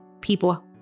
people